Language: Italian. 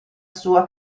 sua